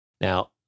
Now